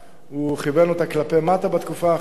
הוא כיוון אותה כלפי מטה בתקופה האחרונה,